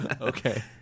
Okay